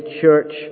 church